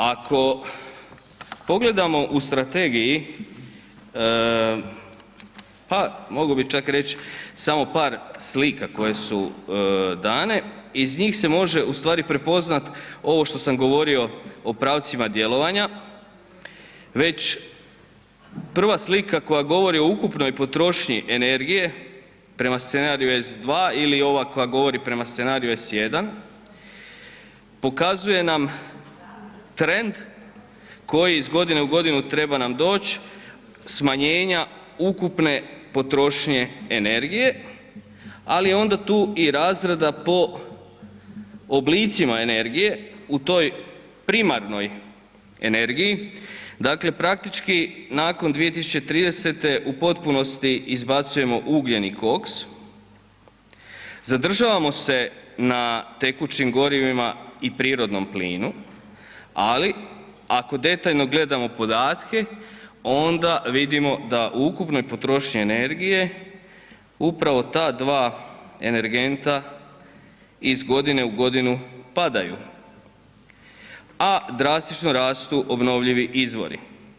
Ako pogledamo u strategiji, pa mogo bi čak reć samo par slika koje su dane, iz njih se može u stvari prepoznat ovo što sam govorio o pravcima djelovanja, već prva slika koja govori o ukupnoj potrošnji energije prema scenariju S2 ili ova koja govori prema scenariju S1 pokazuje nam trend koji iz godine u godinu treba nam doć smanjenja ukupne potrošnje energije, ali onda tu i razrada po oblicima energije u toj primarnoj energiji, dakle praktički nakon 2030. u potpunosti izbacujemo ugljeni koks, zadržavamo se na tekućim gorivima i prirodnom plinu, ali ako detaljno gledamo podatke onda vidimo da u ukupnoj potrošnji energije upravo ta dva energenta iz godine u godinu padaju, a drastično rastu obnovljivi izvori.